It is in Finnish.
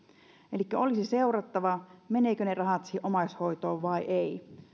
elikkä olisi seurattava menevätkö ne rahat siihen omaishoitoon vai eivät